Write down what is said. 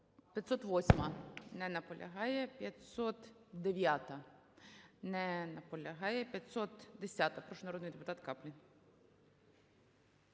508-а. Не наполягає. 509-а. Не наполягає. 510-а. Прошу, народний депутат Каплін.